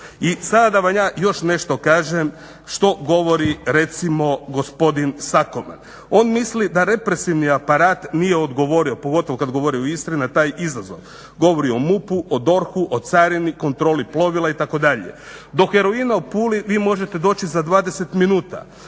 I sada da vam ja još nešto kažem što govori recimo gospodin Sakoman. On misli da represivni aparat nije odgovorio, pogotovo kad govori o Istri na taj izazov. Govori o MUP-u, o DORH-u, o carini, kontroli plovila itd. Do heroina u Puli vi možete doći za 20 minuta.